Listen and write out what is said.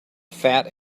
fat